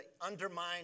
undermine